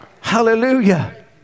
hallelujah